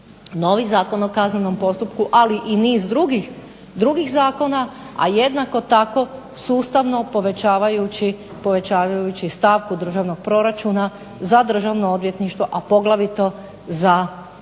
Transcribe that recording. novi Zakon o kaznenom postupku, ali i niz drugih zakona, a jednako tako sustavno povećavajući stavku državnog proračuna za državno odvjetništvo, a poglavito za USKOK